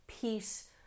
peace